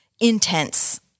intense